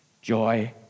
joy